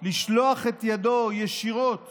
לשלוח את ידו ישירות